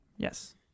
Yes